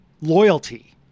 loyalty